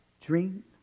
dreams